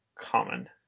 common